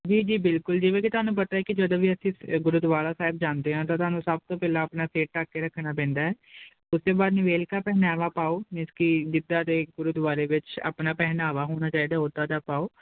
ਜੀ ਜੀ ਬਿਲਕੁਲ ਜਿਵੇਂ ਵੀ ਤੁਹਾਨੂੰ ਪਤਾ ਕਿ ਜਦੋਂ ਵੀ ਅਸੀਂ ਗੁਰਦੁਆਰਾ ਸਾਹਿਬ ਜਾਂਦੇ ਆ ਤਾਂ ਸਾਨੂੰ ਸਭ ਤੋਂ ਪਹਿਲਾਂ ਆਪਣਾ ਸਿਰ ਢੱਕ ਕੇ ਰੱਖਣਾ ਪੈਂਦਾ ਉਸ ਤੋਂ ਬਾਅਦ ਨਿਵੇਲਕਾ ਪਹਿਨਾਵਾ ਪਾਓ ਮੀਨਜ ਕੀ ਜਿੱਦਾਂ ਦੇ ਗੁਰਦੁਆਰੇ ਵਿੱਚ ਆਪਣਾ ਪਹਿਨਾਵਾ ਹੋਣਾ ਚਾਹੀਦਾ ਉਦਾਂ ਦਾ ਪਾਓ